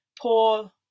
poor